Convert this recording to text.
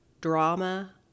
drama